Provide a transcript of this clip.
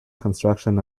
construction